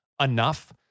enough